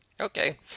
Okay